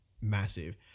massive